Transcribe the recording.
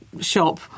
shop